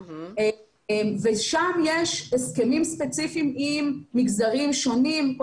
ושם יש הסכמים ספציפיים עם מגזרים שונים,